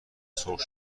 سرخ